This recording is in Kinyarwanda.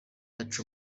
baca